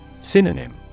Synonym